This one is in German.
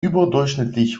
überdurchschnittlich